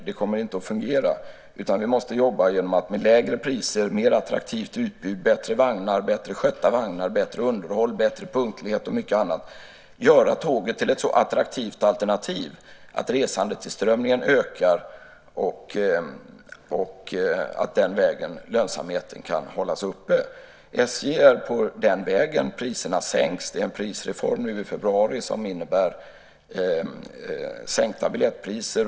Det kommer inte att fungera. Vi måste jobba med hjälp av lägre priser, mer attraktivt utbud, bättre skötta vagnar, bättre underhåll, bättre punktlighet och mycket annat för att göra tåget till ett så attraktivt alternativ att resandetillströmningen ökar och på den vägen hålla lönsamheten uppe. SJ är på den vägen. Priserna sänks. Det har varit en prisreform i februari som innebär sänkta biljettpriser.